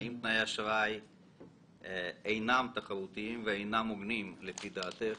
האם תנאי האשראי אינם תחרותיים ואינם הוגנים לפי דעתך?